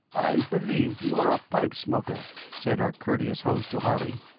i believe you are a pipe-smoker, said our courteous host to harley,